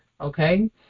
Okay